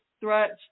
threats